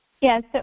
Yes